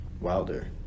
wilder